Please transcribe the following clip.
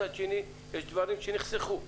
ומצד שני יש דברים שנחסכו.